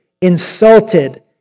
insulted